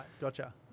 gotcha